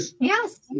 Yes